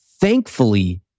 thankfully